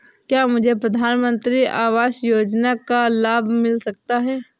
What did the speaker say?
क्या मुझे प्रधानमंत्री आवास योजना का लाभ मिल सकता है?